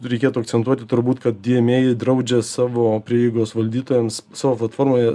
reikėtų akcentuoti turbūt kad dyemei draudžia savo prieigos valdytojams savo platformoje